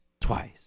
Twice